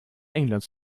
englands